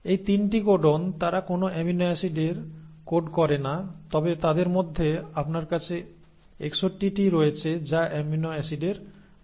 এই 3 টি কোডন তারা কোনও অ্যামিনো অ্যাসিডের কোড করে না তবে তাদের মধ্যে আপনার কাছে 61 টি রয়েছে যা অ্যামিনো অ্যাসিডের কোডিং করছে